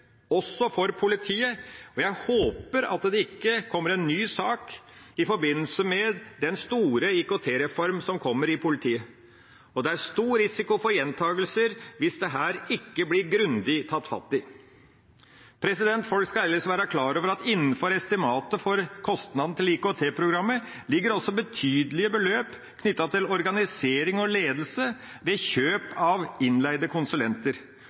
også for politiet, og jeg håper at det ikke kommer en ny sak i forbindelse med den store IKT-reform som kommer i politiet. Det er stor risiko for gjentagelser hvis dette ikke blir grundig tatt fatt i. Folk skal ellers være klar over at innenfor estimatet for kostnaden til IKT-programmet ligger det betydelige beløp knyttet til organisering og ledelse ved kjøp av innleide konsulenter,